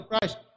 Christ